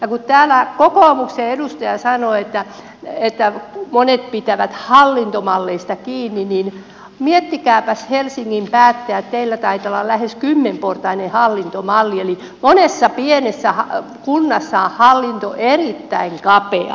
kun täällä kokoomuksen edustaja sanoi että monet pitävät hallintomalleista kiinni niin miettikääpäs helsingin päättäjät teillä taitaa olla lähes kymmenportainen hallintomalli eli monessa pienessä kunnassa on hallinto erittäin kapea